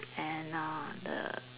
and uh the